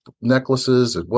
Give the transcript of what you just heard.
necklaces